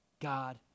God